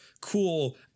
cool